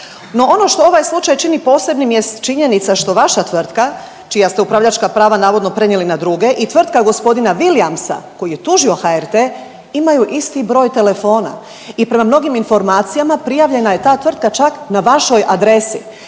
No ono što ovaj slučaj čini posebnim jest činjenica što vaša tvrtka čija ste upravljačka prava navodno prenijeli na druge i tvrtka g. Wiliamsa koji je tužio HRT imaju isti broj telefona i prema mnogim informacijama prijavljena je ta tvrtka čak na vašoj adresi.